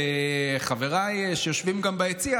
חבריי שיושבים גם ביציע,